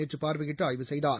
நேற்றுபார்வையிட்டுஆய்வு செய்தார்